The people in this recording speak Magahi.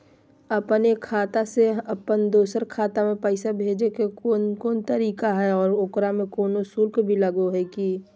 अपन एक खाता से अपन दोसर खाता में पैसा भेजे के कौन कौन तरीका है और ओकरा में कोनो शुक्ल भी लगो है की?